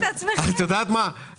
את יודעת מה,